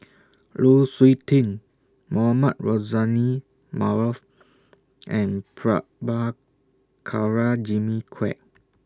Lu Suitin Mohamed Rozani Maarof and Prabhakara Jimmy Quek